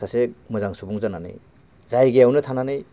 सासे मोजां सुबुं जानानै जायगायावनो थानानै